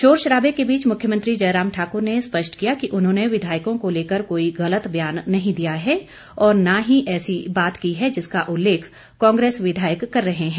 शोर शराबे के बीच मुख्यमन्त्री जय राम ठाकुर ने स्पष्ट किया कि उन्होंने विधायकों को लेकर कोई गलत ब्यान नहीं दिया है और न ही ऐसी बात की है जिसका उल्लेख कांग्रेस विधायक कर रहे हैं